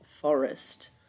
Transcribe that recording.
forest